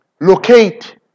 Locate